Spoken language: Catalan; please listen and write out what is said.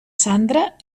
sandra